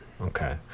Okay